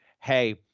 Hey